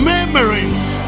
Memories